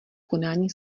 konání